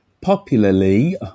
Popularly